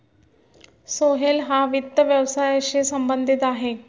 सोहेल हा वित्त व्यवसायाशी संबंधित आहे